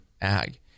ag